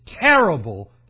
terrible